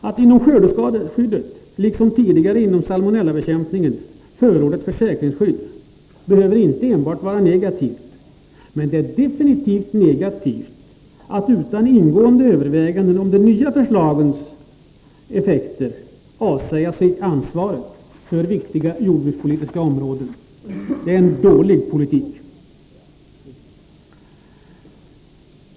Att inom skördeskadeskyddet, liksom tidigare inom salmonellabekämpningen, förorda ett försäkringsskydd behöver inte vara enbart negativt, men det är definitivt negativt att utan ingående överväganden om de nya förslagens effekter avsäga sig sitt ansvar för viktiga jordbrukspolitiska områden. Det är en dålig politik.